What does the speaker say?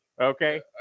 Okay